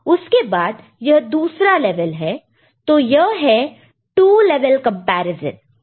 उसके बाद यह दूसरा लेवल है तो यह 2 लेवलकंपैरिजन है